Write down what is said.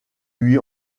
lui